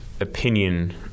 opinion